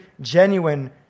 genuine